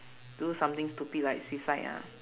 do something stupid like suicide ah